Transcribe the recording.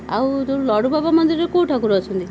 ଆଉ ଯେଉଁ ଲଡ଼ୁବାବା ମନ୍ଦିରରେ କେଉଁ ଠାକୁର ଅଛନ୍ତି